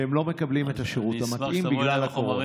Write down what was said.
והם לא מקבלים את השירות המתאים בגלל הקורונה.